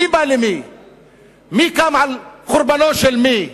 מי קם על חורבנו של מי?